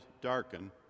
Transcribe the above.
darken